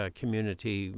community